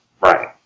right